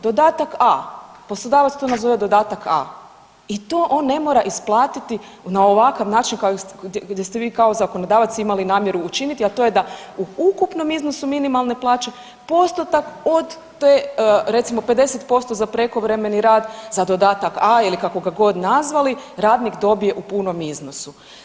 Dodatak A, poslodavac to nazove dodatak A i to on ne mora isplatiti na ovakav način gdje ste vi kao zakonodavac imali namjeru učiniti, a to je da u ukupnom iznosu minimalne plaće postotak od to je, recimo 50% za prekovremeni rad za dodatak A ili kako ga god nazvali radnik dobije u punom iznosu.